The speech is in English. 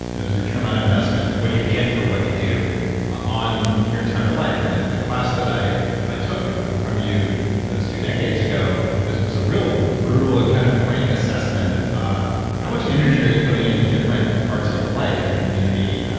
and return on investment, like what do you get for what you do on your entire life? and the the class that i i took ah from you you those two decades ago was was a real brutal and kind of frank assessment of ah how much energy are you putting into different parts of your life, your community,